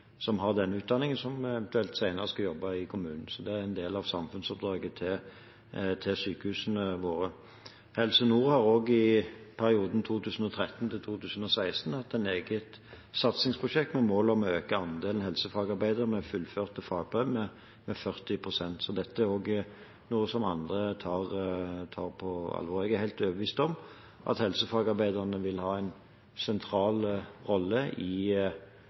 som har denne utdanningen, og som eventuelt senere skal jobbe i kommunen. Dette er en del av samfunnsoppdraget til sykehusene våre. Helse Nord har i perioden 2013–2016 hatt et eget satsingsprosjekt, med mål om å øke andelen helsefagarbeidere med fullført fagbrev med 40 pst. Så dette er noe som også andre tar på alvor. Jeg er helt overbevist om at helsefagarbeiderne vil ha en sentral rolle i